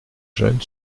jeune